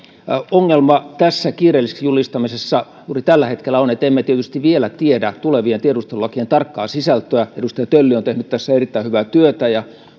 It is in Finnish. ongelma tässä kiireelliseksi julistamisessa juuri tällä hetkellä on että emme tietysti vielä tiedä tulevien tiedustelulakien tarkkaa sisältöä edustaja tölli on tehnyt tässä erittäin hyvää työtä ja